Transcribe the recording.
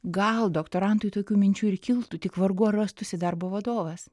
gal doktorantui tokių minčių ir kiltų tik vargu ar rastųsi darbo vadovas